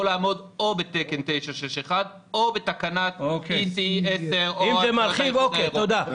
לעמוד או בתקן 961 או בתקנה E.C.E 10. אם זה מרחיב אז בסדר.